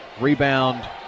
Rebound